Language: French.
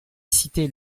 cité